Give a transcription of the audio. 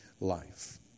life